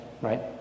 right